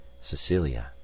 cecilia